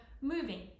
moving